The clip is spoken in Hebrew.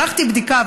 ערכתי בדיקה,